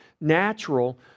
natural